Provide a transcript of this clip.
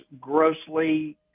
grossly